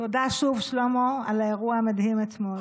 תודה שוב, שלמה, על האירוע המדהים אתמול.